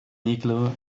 igloo